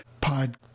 pod